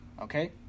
Okay